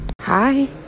Hi